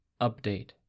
Update